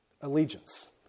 allegiance